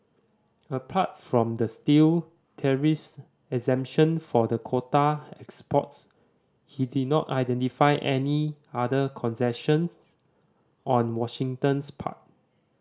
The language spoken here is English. apart from the steel tariffs exemption for the quota exports he did not identify any other concessions on Washington's part